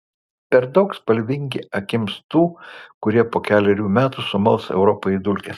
per daug spalvingi akims tų kurie po kelerių metų sumals europą į dulkes